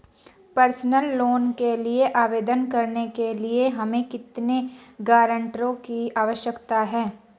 Personal loan के लिए आवेदन करने के लिए हमें कितने गारंटरों की आवश्यकता है?